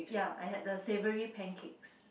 ya I had the savoury pancakes